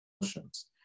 emotions